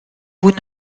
vous